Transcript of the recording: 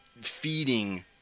feeding